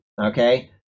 Okay